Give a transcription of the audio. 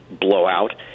blowout